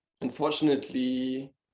unfortunately